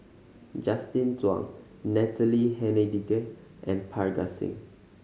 Justin Zhuang Natalie Hennedige and Parga Singh